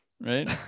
Right